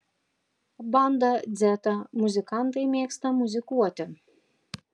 banda dzeta muzikantai mėgsta muzikuoti